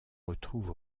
retrouve